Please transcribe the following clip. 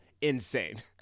insane